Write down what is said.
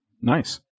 Nice